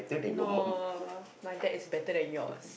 no my dad is better than yours